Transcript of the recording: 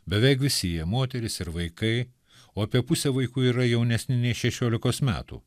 beveik visi jie moterys ir vaikai o apie pusė vaikų yra jaunesni nei šešiolikos metų